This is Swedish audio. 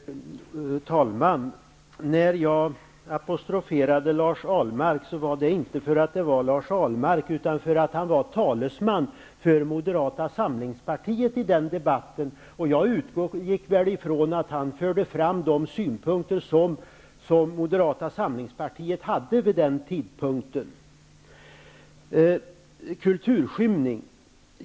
Herr talman! När jag apostroferade Lars Ahlmark, var det inte för att det var Lars Ahlmark utan därför att han var talesman för Moderata samlingspartiet i den debatten. Jag utgick ifrån att han förde fram de synpunkter som Moderata samlingspartiet hade vid den tidpunkten.